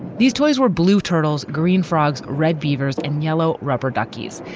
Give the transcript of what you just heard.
these toys were blue turtles, green frogs, red beavers and yellow rubber duckies.